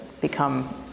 become